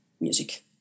music